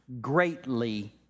greatly